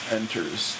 enters